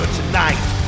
tonight